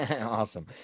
Awesome